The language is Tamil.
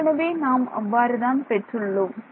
ஏற்கனவே நாம் அவ்வாறு தான் பெற்றுள்ளோம்